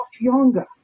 younger